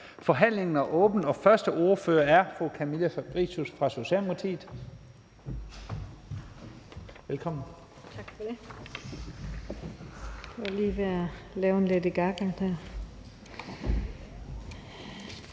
Forhandlingen er åbnet, og første ordfører er fru Camilla Fabricius fra Socialdemokratiet. Velkommen.